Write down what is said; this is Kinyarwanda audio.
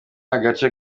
agace